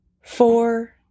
four